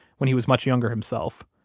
when he was much younger himself.